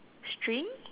string